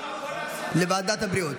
לוועדת הבריאות.